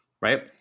right